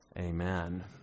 Amen